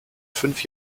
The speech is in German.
fünf